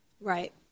Right